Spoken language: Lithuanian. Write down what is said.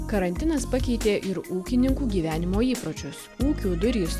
karantinas pakeitė ir ūkininkų gyvenimo įpročius ūkių durys